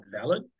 valid